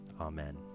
Amen